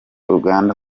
uganda